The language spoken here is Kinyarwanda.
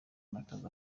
n’akazi